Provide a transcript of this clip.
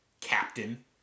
Captain